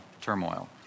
turmoil